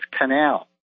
Canal